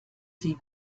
sie